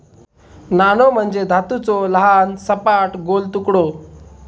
नाणो म्हणजे धातूचो लहान, सपाट, गोल तुकडो